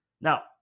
Now